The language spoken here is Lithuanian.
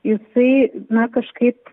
jisai na kažkaip